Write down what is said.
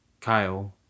Kyle